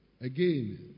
again